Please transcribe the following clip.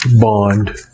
bond